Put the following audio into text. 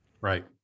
Right